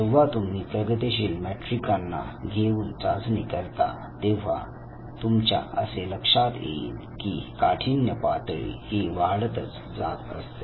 जेव्हा तुम्ही प्रगतीशील मॅट्रिकांना घेऊन चाचणी करता तेव्हा तुमच्या असे लक्षात येईल की काठिण्य पातळी ही वाढतच जात असते